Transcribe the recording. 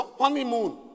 honeymoon